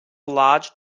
large